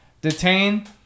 Detain